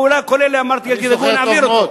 באו אלי כל אלה, אמרתי: נעביר אותו.